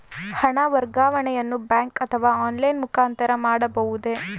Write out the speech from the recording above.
ಹಣ ವರ್ಗಾವಣೆಯನ್ನು ಬ್ಯಾಂಕ್ ಅಥವಾ ಆನ್ಲೈನ್ ಮುಖಾಂತರ ಮಾಡಬಹುದೇ?